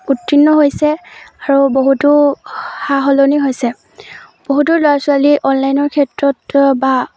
উত্তীৰ্ণ হৈছে আৰু বহুতো সা সলনি হৈছে বহুতো ল'ৰা ছোৱালী অনলাইনৰ ক্ষেত্ৰত বা